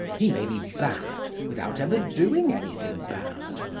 he may be bad, without ever doing anything bad.